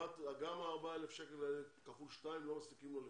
גם 4,000 השקלים האלה כפול שתיים לא מספיקים לו לכלום.